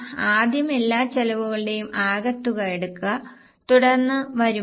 ആദ്യം എല്ലാ ചെലവുകളുടെയും ആകെത്തുക എടുക്കുക തുടർന്ന് വരുമാനം